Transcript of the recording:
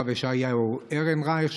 הרב ישעיהו ארנרייך,